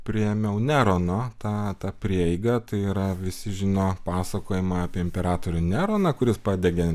priėmiau nerono tą tą prieigą tai yra visi žino pasakojimą apie imperatorių neroną kuris padegė